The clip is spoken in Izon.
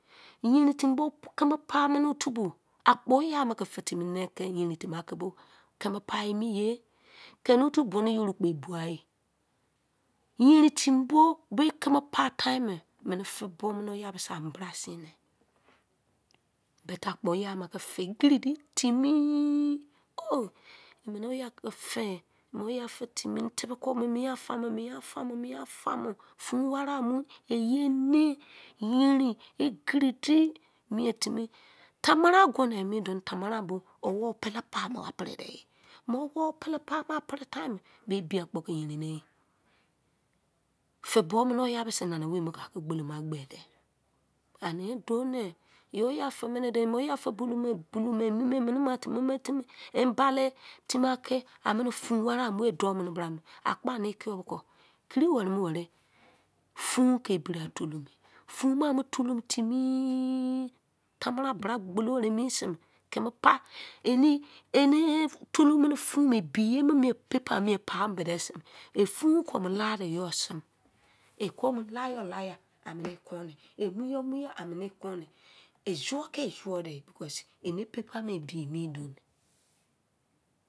Keme pa mene ota bo. Ah poya fee fei tim-ne-ke yain homi ne ke keme pa-mi ye, teme ofu, bu nu-yo bo ebugha yerin-ti mi bo tce me pa-timeme, me, fai bu gha mene ya sa bra sin-ne, but ah po-ya ke fa egiri gi timi o mene akpoya fei fai-tima fe be ke mie-me, febe ke mie fa-mu mie famo fin were mm-ye-ne yerin ekiri ti, mie mi, tamare-agono me don, tamara bo-awon pele pa-mon eme-won pele pamor pe-re-de me ajon pele-papa pen time ebawotce yerin ne feibubo fa sei nana owek ka he gbe-de, ene du neh, oya feinene bulu emi bali timi a ke wane hude mene bra awo ene ki or ke kiri we re wede e fun ke dribira toloma fan-ame tolomi timi, famara bra gbolo were mie si tceme pa, ene tolomm fur-me emye mie pa bo desi, fun tce k-te yor sei tce lala yor lor, mu yo, mu-yo zion ke zion de, because eni paper me emi emi dsh.